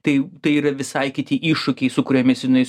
tai tai yra visai kiti iššūkiai su kuriomis jinai